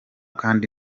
kdi